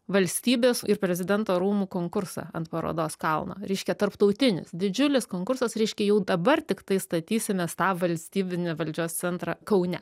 valstybės ir prezidento rūmų konkursą ant parodos kalno reiškia tarptautinis didžiulis konkursas reiškia jau dabar tiktai statysimės tą valstybinį valdžios centrą kaune